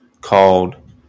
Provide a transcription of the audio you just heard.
called